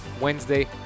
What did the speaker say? Wednesday